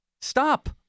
stop